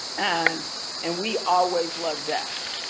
and and we always love that.